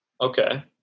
Okay